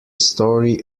story